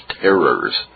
terrors